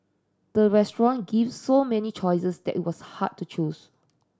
the restaurant gave so many choices that it was hard to choose